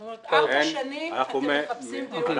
זאת אומרת, ארבע שנים אתם מחפשים דיור.